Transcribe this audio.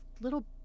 little